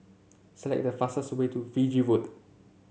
select the fastest way to Fiji Road